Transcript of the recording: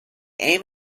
aim